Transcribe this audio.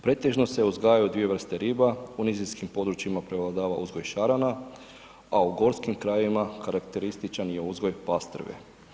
Pretežno se uzgajaju dvije vrste riba, u nizinskim područjima prevladava uzgoj šarana a u Gorskim krajevima karakterističan je uzgoj pastrve.